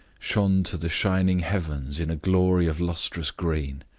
shone to the shining heavens in a glory of lustrous green.